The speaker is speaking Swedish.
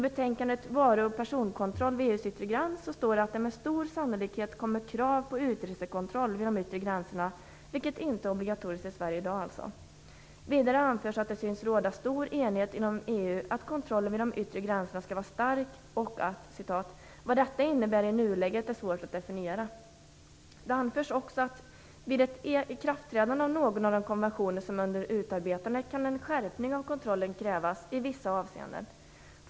I betänkandet Varu och personkontroll vid EU:s yttre gräns står det att det med stor sannolikhet kommer krav på utresekontroll vid de yttre gränserna, vilket inte är obligatoriskt i Sverige i dag. Vidare anförs att det synes råda stor enighet inom EU om att kontrollen vid de yttre gränserna skall vara stark samt: "Vad detta innebär i nuläget är svårt att definiera." Det anförs också att: "Vid ett ikraftträdande av någon av de konventioner som är under utarbetande kan en skärpning av kontrollen krävas i vissa avseenden".